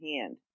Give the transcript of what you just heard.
hand